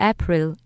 April